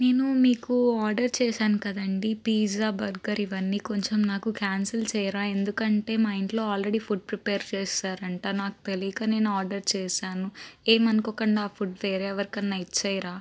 నేను మీకు ఆర్డర్ చేశాను కాదండి పిజ్జా బర్గర్ ఇవన్నీ కొంచెం నాకు క్యాన్సిల్ చేయ్యరా ఎందుకంటే మా ఇంట్లో ఆల్రెడీ ఫుడ్ ప్రిపేర్ చేసారు అంట నాకు తేలిక నేను ఆర్డర్ చేసాను ఏం అనుకోకుండా ఆ ఫుడ్ వేరే ఎవరికైనా ఇచ్చేయండి